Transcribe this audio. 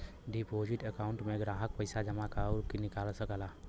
deposit account में ग्राहक पइसा जमा आउर निकाल सकला